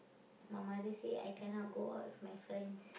my mother say I cannot go out with my friends